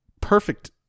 Perfect